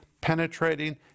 penetrating